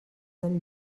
del